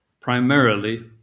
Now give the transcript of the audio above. primarily